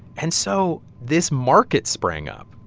and so this market sprang up.